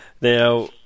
Now